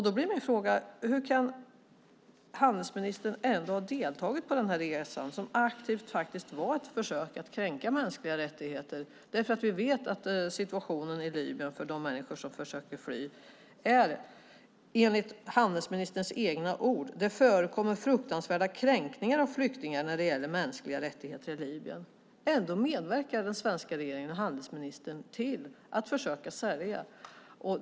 Då blir min fråga: Hur kan handelsministern ha deltagit på den här resan, som aktivt var ett försök att kränka mänskliga rättigheter? Vi vet hur situationen är för de människor i Libyen som försöker fly. Enligt handelsministerns egna ord förekommer det fruktansvärda kränkningar av flyktingar när det gäller mänskliga rättigheter i Libyen. Ändå medverkar den svenska regeringen och handelsministern till att försöka sälja detta.